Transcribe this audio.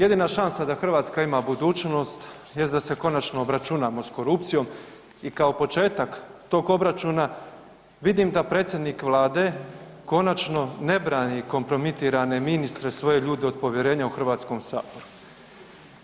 Jedina šansa da Hrvatska ima budućnost jest da se konačno obračunamo s korupcijom i kao početak tog obračuna vidim da predsjednik Vlade konačno ne brani kompromitirane ministre, svoje ljude od povjerenja u HS-u.